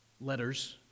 letters